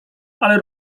ale